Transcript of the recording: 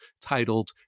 titled